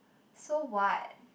so what